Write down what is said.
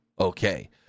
Okay